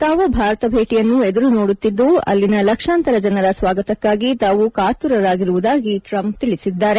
ತಾವು ಭಾರತ ಭೇಟಿಯನ್ನು ಎದುರು ನೋಡುತ್ತಿದ್ದು ಅಲ್ಲಿನ ಲಕ್ಷಾಂತರ ಜನರ ಸ್ವಾಗತಕ್ಕಾಗಿ ತಾವು ಕಾತುರರಾಗಿರುವುದಾಗಿ ಟ್ರಂಪ್ ತಿಳಿಸಿದ್ದಾರೆ